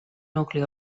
nucli